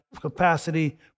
capacity